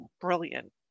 brilliant